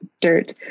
dirt